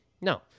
No